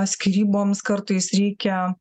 skyryboms kartais reikia